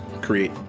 create